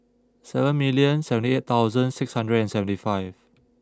seven million seventy eight thousand six hundred and seventy five